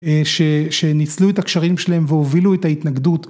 אה ש שניצלו את הקשרים שלהם והובילו את ההתנגדות